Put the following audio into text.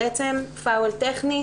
בעצם פאול טכני,